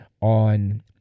on